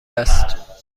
است